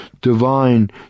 divine